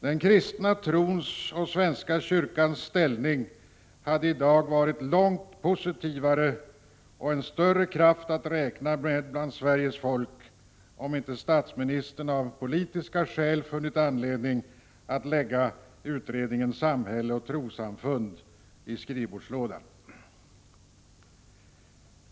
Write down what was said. Den kristna tron och svenska kyrkan hade i dag varit en långt positivare och större kraft bland Sveriges folk, om inte statsministern av politiska skäl funnit anledning att lägga utredningen Samhälle och trossamfund i skrivbordslådan.